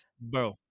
Bro